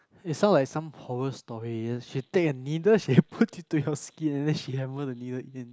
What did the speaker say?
it sound like some horror story she take a needle she put it to your skin and then she hammer the needle in